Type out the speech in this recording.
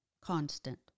Constant